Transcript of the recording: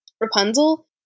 Rapunzel